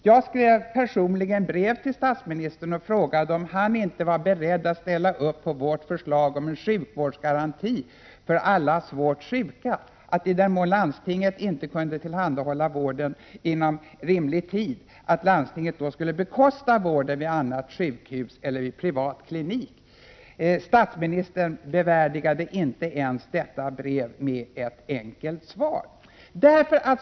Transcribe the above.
Jag skrev personligen brev till statsministern och frågade om han inte var beredd att ställa upp på vårt förslag om en sjukvårdsgaranti för alla svårt sjuka och om att landstingen, i den mån landstingen inte kunde tillhandahålla vård inom rimlig tid, skulle bekosta vården vid annat sjukhus eller vid privatklinik. Statsministern bevärdigade inte detta brev ens med ett enkelt svar.